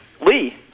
Lee